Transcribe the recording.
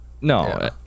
no